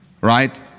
Right